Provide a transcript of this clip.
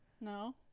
No